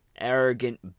arrogant